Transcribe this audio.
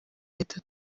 leta